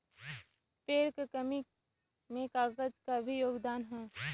पेड़ क कमी में कागज क भी योगदान हौ